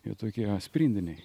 jie tokie sprindiniai